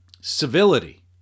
Civility